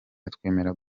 atwemerera